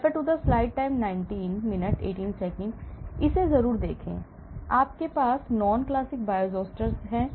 इसे जरूर देखें आपके पास non classic Bioisosteres भी हैं